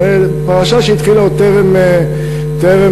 זו פרשה שהתחילה עוד טרם תקופתנו.